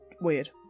weird